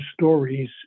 stories